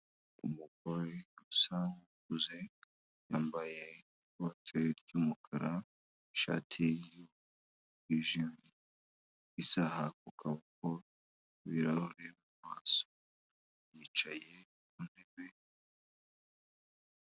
Umugore usa nk'ukuze yambaye ikote ry'umukara n'ishati yijimye, isaaha ku kaboko, ibirahuri mu maso yicaye ku ntebe.